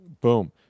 boom